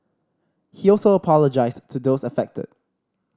he also apologised to those affected